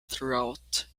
throughout